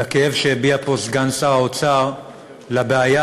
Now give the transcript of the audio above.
מהכאב שהביע פה סגן שר האוצר בנוגע לבעיה